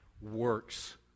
works